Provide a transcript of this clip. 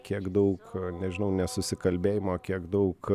kiek daug nežinau nesusikalbėjimo kiek daug